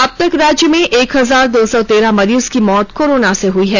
अब तक राज्य में एक हजार दो सौ तेरह मरीज की मौत कोरोना से हुई हैं